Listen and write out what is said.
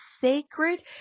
sacred